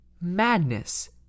Madness